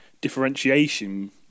differentiation